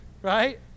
right